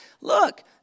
Look